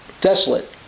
desolate